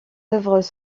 œuvres